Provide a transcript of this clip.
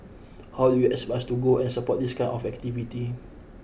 how do you expect us to go and support this kind of activity